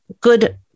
good